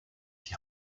die